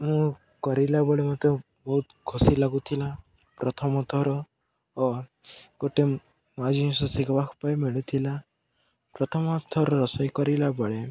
ମୁଁ କରିଲା ବେଳେ ମତେ ବହୁତ ଖୁସି ଲାଗୁଥିଲା ପ୍ରଥମ ଥର ଓ ଗୋଟେ ନୂଆ ଜିନିଷ ଶିଖିବା ପାଇଁ ମିଳିଥିଲା ପ୍ରଥମ ଥର ରୋଷେଇ କରିଲାବେଳେ